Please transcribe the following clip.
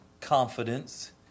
confidence